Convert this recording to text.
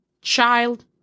child